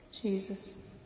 Jesus